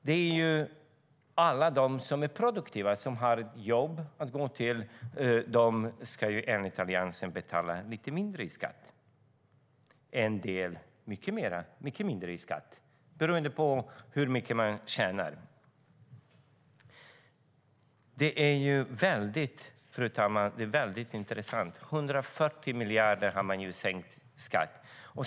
Det är alla de som är produktiva, som har ett jobb att gå till, som enligt Alliansen ska betala lite mindre i skatt, en del mycket mindre i skatt, beroende på hur mycket man tjänar. Det är, fru talman, väldigt intressant. 140 miljarder har man sänkt skatten med.